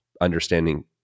understanding